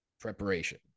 preparation